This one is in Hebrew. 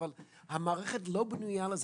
אבל המערכת לא בנויה לזה.